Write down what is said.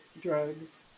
drugs